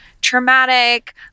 traumatic